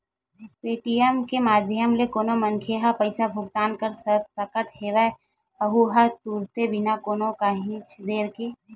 Paytm के माधियम ले कोनो मनखे ह पइसा भुगतान कर सकत हेए अहूँ ह तुरते बिना कोनो काइही देर के